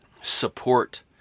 support